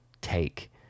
take